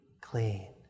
clean